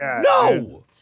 No